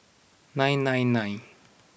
nine nine nine